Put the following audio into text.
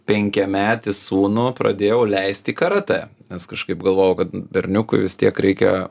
penkiametį sūnų pradėjau leist į karatė nes kažkaip galvojau kad berniukui vis tiek reikia